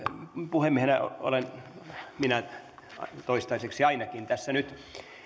minä olen ainakin toistaiseksi puhemiehenä tässä